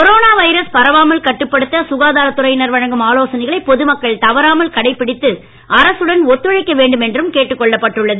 corona virus பரவாமல் கட்டுப்படுத்த சுகாதாரத்துறையினர் வழங்கும் ஆலோசனைகளை பொதுமக்கள் தவறாமல் கடைபிடித்து அரசுடன் ஒத்துழைக்க வேண்டும் என்றும் கேட்டுக்கொள்ளப் பட்டுள்ளது